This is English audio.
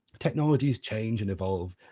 technologies change and evolve,